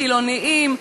חילונים,